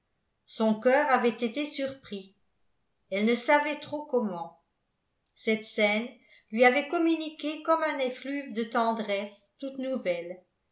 son cœur avait été surpris elle ne savait trop comment cette scène lui avait communiqué comme un effluve de tendresse toute nouvelle